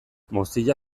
mozilla